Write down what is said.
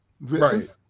Right